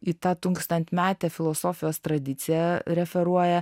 į tą tūkstantmetę filosofijos tradiciją referuoja